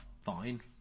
fine